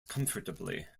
comfortably